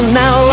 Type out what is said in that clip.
now